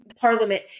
Parliament